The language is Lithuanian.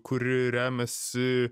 kuri remiasi